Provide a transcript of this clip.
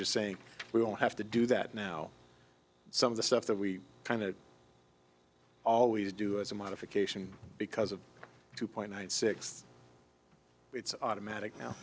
saying we don't have to do that now some of the stuff that we kind of always do is a modification because of two point one six it's automatic